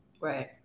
Right